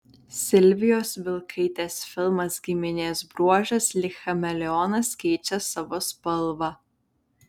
silvijos vilkaitės filmas giminės bruožas lyg chameleonas keičia savo spalvą